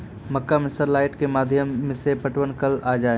मक्का मैं sir light के माध्यम से पटवन कल आ जाए?